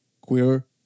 queer